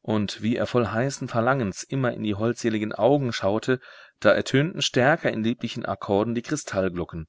und wie er voll heißen verlangens immer in die holdseligen augen schaute da ertönten stärker in lieblichen akkorden die kristallglocken